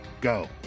Go